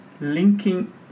linking